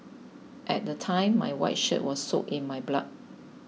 at the time my white shirt was soaked in my blood